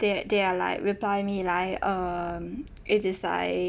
they they are like reply me like um it is like